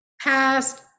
past